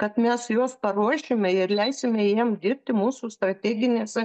kad mes juos paruošime ir leisime jiem dirbti mūsų strateginėse